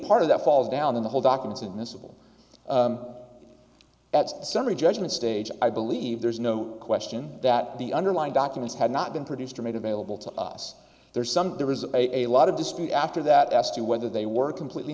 part of that falls down the whole documents admissible that's the summary judgment stage i believe there's no question that the underlying documents have not been produced or made available to us there's some there is a lot of dispute after that as to whether they were completely